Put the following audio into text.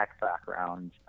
background